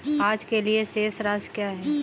आज के लिए शेष राशि क्या है?